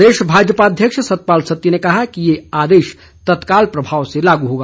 प्रदेश भाजपा अध्यक्ष सतपाल सत्ती ने कहा है कि ये आदेश तत्काल प्रभाव से लागू होगा